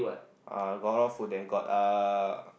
uh got a lot of food there got uh